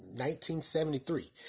1973